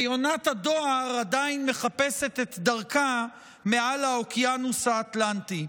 ויונת הדואר עדיין מחפשת את דרכה מעל האוקיינוס האטלנטי.